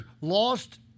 lost